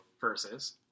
versus